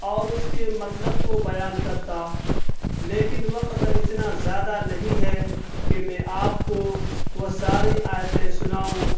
اور اس کے مطلب کو بیان کرتا لیکن وقت اتنا زیادہ نہیں ہے کہ میں آپ کو وہ ساری آیتیں سناؤں